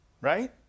right